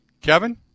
Kevin